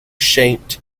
shaped